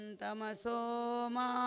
tamasoma